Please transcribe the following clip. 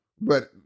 but-